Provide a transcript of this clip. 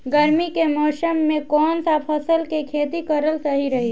गर्मी के मौषम मे कौन सा फसल के खेती करल सही रही?